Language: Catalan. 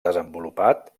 desenvolupat